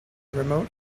remote